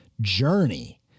journey